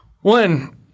one –